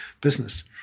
business